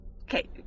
Okay